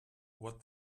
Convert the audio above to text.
what